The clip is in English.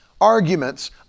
arguments